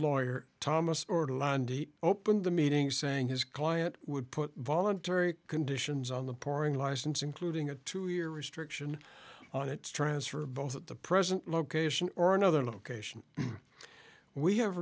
lawyer thomas opened the meeting saying his client would put voluntary conditions on the pouring license including a two year restriction on its transfer both at the present location or another